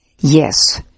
Yes